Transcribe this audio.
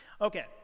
Okay